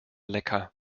lecker